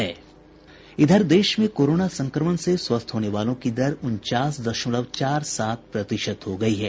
देश में कोरोना संक्रमण से स्वस्थ होने वालों की दर उनचास दशमलव चार सात प्रतिशत हो गई है